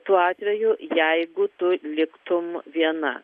tuo atveju jeigu tu liktum viena